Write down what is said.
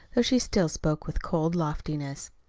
though she still spoke with cold loftiness.